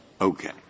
Okay